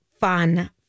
fun